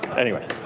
anyway.